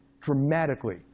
Dramatically